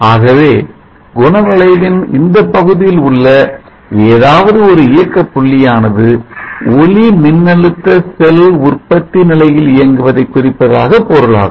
ஆகவே குணவளைவின் இந்தப் பகுதியில் உள்ள ஏதாவது ஒரு இயக்க புள்ளியானது ஒளிமின்னழுத்த செல் உற்பத்தி நிலையில் இயக்குவதை குறிப்பதாக பொருளாகும்